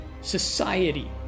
Society